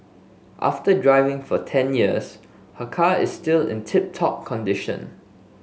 after driving for ten years her car is still in tip top condition